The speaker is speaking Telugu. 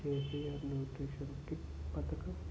కేసీఆర్ న్యూట్రిషన్ కిట్ పథకం